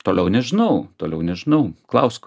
toliau nežinau toliau nežinau klausk